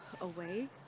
away